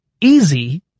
easy